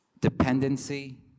dependency